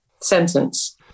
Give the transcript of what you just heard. sentence